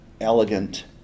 elegant